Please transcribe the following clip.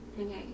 Okay